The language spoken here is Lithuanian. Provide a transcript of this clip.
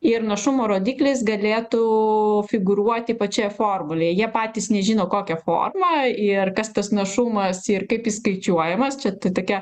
ir našumo rodiklis galėtų figūruoti pačioje formulėj jie patys nežino kokia forma ir kas tas našumas ir kaip jis skaičiuojamas čia ta tokia